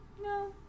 No